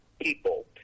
people